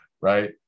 right